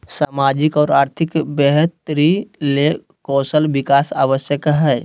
सामाजिक और आर्थिक बेहतरी ले कौशल विकास आवश्यक हइ